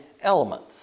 elements